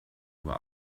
uhr